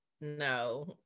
No